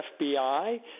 FBI